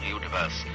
universe